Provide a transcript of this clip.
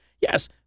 Yes